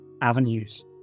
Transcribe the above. avenues